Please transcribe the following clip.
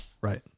Right